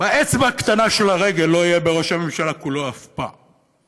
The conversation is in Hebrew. באצבע הקטנה של הרגל לא יהיה בראש הממשלה כולו אף פעם.